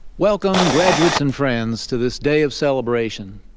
welcome, graduates and friends, to this day of celebration.